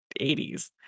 80s